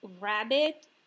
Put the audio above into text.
rabbit